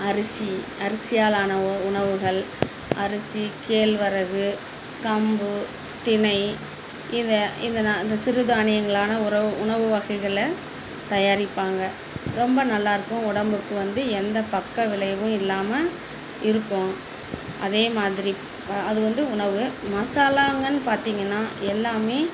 அரிசி அரிசியாலான உ உணவுகள் அரிசி கேழ்வரகு கம்பு திணை இதை இதை நான் இந்த சிறுதானியங்களான உறவு உணவு வகைகள தயாரிப்பாங்க ரொம்ப நல்லாருக்கும் உடம்புக்கு வந்து எந்த பக்கம் விளைவும் இல்லாமல் இருக்கும் அதே மாதிரி அது வந்து உணவு மசாலாங்கன்னு பார்த்தீங்கன்னா எல்லாமே